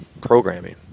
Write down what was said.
programming